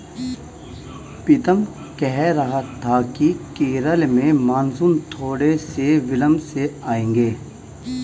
पीतम कह रहा था कि केरल में मॉनसून थोड़े से विलंब से आएगा